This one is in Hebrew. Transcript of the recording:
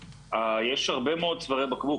יש הרבה מאוד צווארי בקבוק.